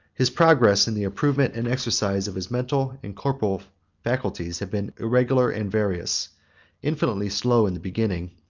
his progress in the improvement and exercise of his mental and corporeal faculties has been irregular and various infinitely slow in the beginning,